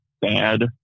bad